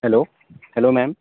hello hello ma'am